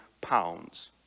pounds